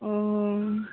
ଓହୋ